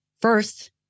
first